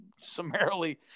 summarily –